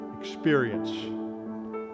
experience